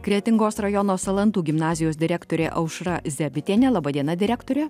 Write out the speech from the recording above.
kretingos rajono salantų gimnazijos direktorė aušra zebitienė laba diena direktore